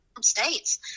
states